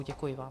Děkuji vám.